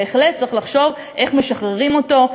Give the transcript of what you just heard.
בהחלט צריך לחשוב איך משחררים אותו,